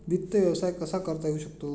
वित्त व्यवसाय कसा करता येऊ शकतो?